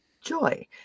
joy